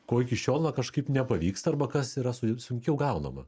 ko iki šiol na kažkaip nepavyksta arba kas yra su sunkiau gaunama